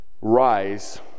rise